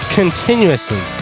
continuously